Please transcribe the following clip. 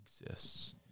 exists